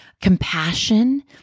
compassion